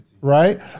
Right